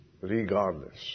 Regardless